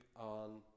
on